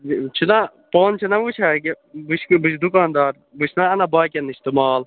یہِ چھِ نا پانہٕ چھِ نا وُچھان أکہِ بہٕ چھُس بہٕ چھُس دُکاندار بہٕ چھُس نا اَنان باقِیَن نِش تہٕ مال